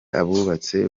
abubatse